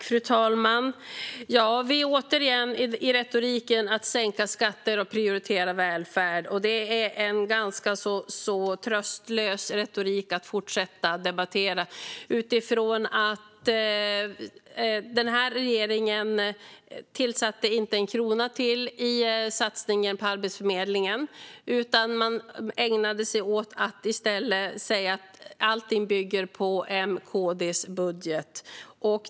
Fru talman! Återigen handlar retoriken om att sänka skatter och om att prioritera välfärd. Det är ganska tröstlöst att fortsätta med denna retorik i debatten utifrån att denna regering när det gäller satsningen på Arbetsförmedlingen inte har tillfört en krona till utan i stället har ägnat sig åt att säga att allt bygger på M-KD-budgeten.